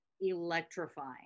electrifying